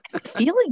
feeling